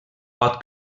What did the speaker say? pot